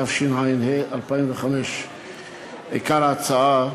התשע"ה 2005. עיקר ההצעה: